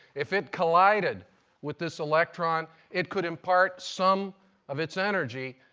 if it collided with this electron it could impart some of its energy,